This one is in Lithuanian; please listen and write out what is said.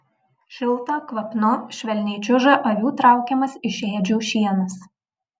šilta kvapnu švelniai čiuža avių traukiamas iš ėdžių šienas